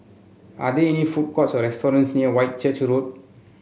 are there any food courts or restaurants near Whitchurch Road